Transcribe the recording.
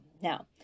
Now